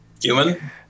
Human